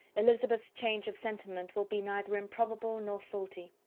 elizabeth's change of sentiment will be neither improbable nor faulty.